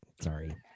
Sorry